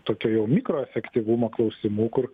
tokio jau mikroefektyvumo klausimų kur